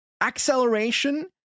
acceleration